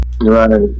Right